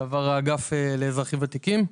שאליו עבר האגף לאזרחים ותיקים.